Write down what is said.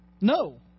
No